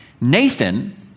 Nathan